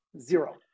zero